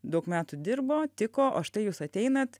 daug metų dirbo tiko o štai jūs ateinat